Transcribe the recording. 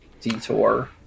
detour